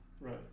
Right